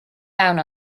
down